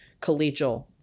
collegial